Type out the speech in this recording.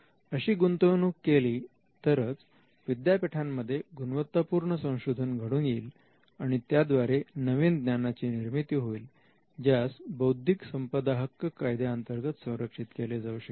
अशी गुंतवणूक केली तरच विद्यापीठांमध्ये गुणवत्तापूर्ण संशोधन घडून येईल आणि त्याद्वारे नवीन ज्ञानाची निर्मिती होईल ज्यास बौद्धिक संपदा हक्क कायद्यांतर्गत संरक्षित केले जाऊ शकेल